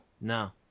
No